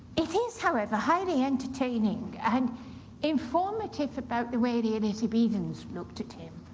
it is, however, highly entertaining, and informative about the way the elizabethans looked at him.